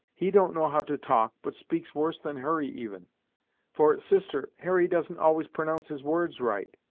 he don't know how to talk, but speaks worse than hurry even for, sister, harry doesn't always pronounce his words right!